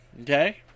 Okay